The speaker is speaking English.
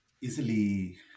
easily